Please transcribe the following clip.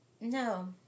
No